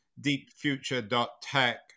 deepfuture.tech